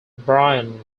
brian